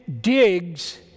digs